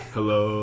Hello